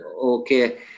okay